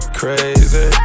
crazy